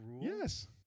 Yes